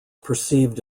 perceived